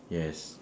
yes